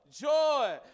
joy